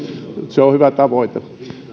se on hyvä tavoite